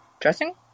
dressing